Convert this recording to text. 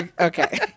okay